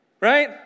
Right